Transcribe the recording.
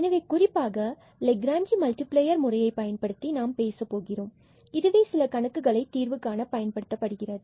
எனவே குறிப்பாக Lagrange multiplier முறையை பற்றி நாம் பேசப் போகிறோம் இதுவே சில கணக்குகளுக்கு தீர்வுகாண பயன்படுத்தப்படுகிறது